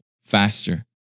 faster